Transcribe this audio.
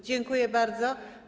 Dziękuje bardzo.